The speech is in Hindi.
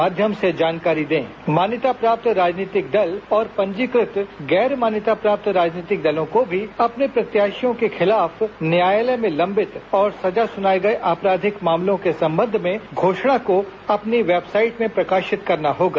मान्यता प्राप्त और पंजीकृत गैर मान्यता प्राप्त राजनीतिक दलों को अपने प्रत्याशियों के खिलाफ न्यायालय में लंबित और सजा सुनाए गए आपराधिक मामलों के संबंध में घोषणा को अपनी वेबसाइट में प्रकाशित करना होगा